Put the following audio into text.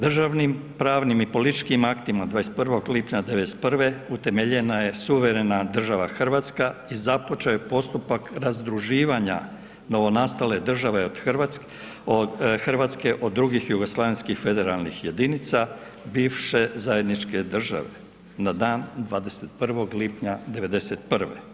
Državnim pravnim i političkim aktima 21. lipnja '91. utemeljena je suverena država hrvatska i započeo je postupak razdruživanja novonastale države Hrvatske od drugih jugoslavenskih federalnih jedinica bivše zajedničke države na dan 21. lipnja '91.